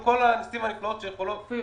כל הניסים והנפלאות קרו לטבריה.